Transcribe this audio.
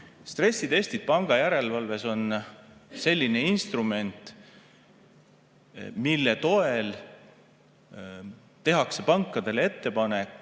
Stressitestid pangajärelevalves on selline instrument, mille toel tehakse pankadele ettepanek